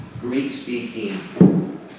Greek-speaking